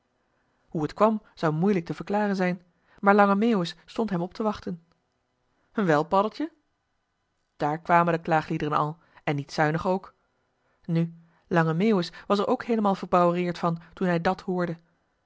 hoe het kwam zou moeilijk te verklaren zijn maar lange meeuwis stond hem op te wachten joh h been paddeltje de scheepsjongen van michiel de ruijter wel paddeltje daar kwamen de klaagliederen al en niet zuinig ook nu lange meeuwis was er ook heelemaal verbouwereerd van toen hij dàt hoorde